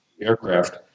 aircraft